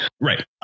right